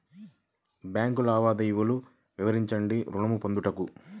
Bank లావాదేవీలు వివరించండి ఋణము పొందుటకు?